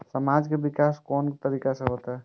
समाज के विकास कोन तरीका से होते?